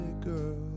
girl